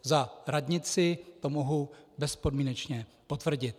Za radnici to mohu bezpodmínečně potvrdit.